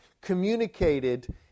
communicated